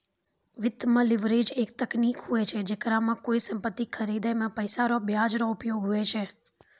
वित्त मे लीवरेज एक तकनीक हुवै छै जेकरा मे कोय सम्पति खरीदे मे पैसा रो ब्याज रो उपयोग हुवै छै